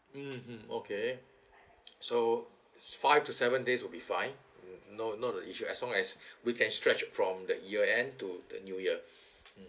mmhmm okay so five to seven days will be fine no not the issue as long as we can stretch from the year end to the new year